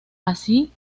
así